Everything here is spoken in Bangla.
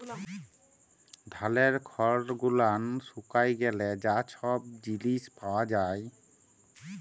ধালের খড় গুলান শুকায় গ্যালে যা ছব জিলিস পাওয়া যায়